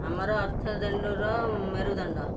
ଆମର ଅର୍ଥଦଣ୍ଡର ମେରୁଦଣ୍ଡ